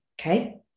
okay